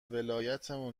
ولایتمون